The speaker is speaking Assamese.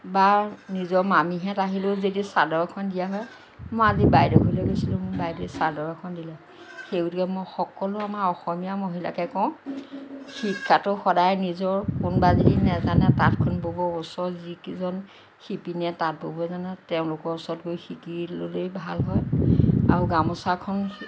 বা নিজৰ মামীহঁত আহিলেও যদি চাদৰখন দিয়া হয় মই আজি বাইদেউৰ ঘৰলৈ গৈছিলোঁ মোক বাইদেউৱে চাদৰ এখন দিলে সেইবুলিয়েই মই সকলো আমাৰ অসমীয়া মহিলাকে কওঁ শিক্ষাটো সদায় নিজৰ কোনোবাই যদি নেজানে তাতখন ব'ব ওচৰত যিকেইজন শিপিনীয়ে তাঁত ব'ব জানে তেওঁলোকৰ ওচৰত গৈ শিকি ল'লেই ভাল হয় আৰু গামোছাখন